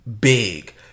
big